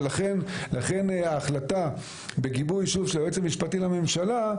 ולכן ההחלטה בגיבוי של היועץ המשפטי לממשלה,